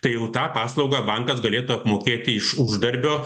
tai jau tą paslaugą bankas galėtų apmokėti iš uždarbio